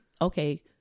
Okay